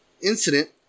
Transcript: incident